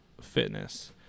fitness